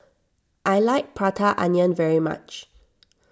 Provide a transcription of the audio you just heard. I like Prata Onion very much